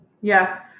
Yes